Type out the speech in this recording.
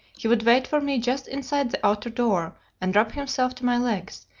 he would wait for me just inside the outer door and rub himself to my legs,